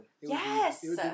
Yes